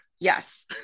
Yes